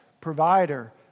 provider